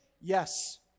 Yes